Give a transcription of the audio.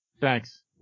Thanks